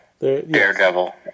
Daredevil